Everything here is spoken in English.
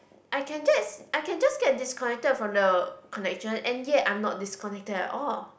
I can just I can just get disconnected from the connection and yet I'm not disconnected at all